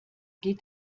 geht